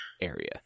area